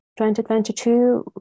2022